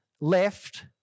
left